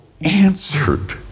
answered